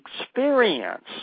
experience